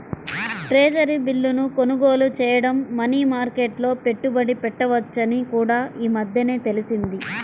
treasury బిల్లును కొనుగోలు చేయడం మనీ మార్కెట్లో పెట్టుబడి పెట్టవచ్చని కూడా ఈ మధ్యనే తెలిసింది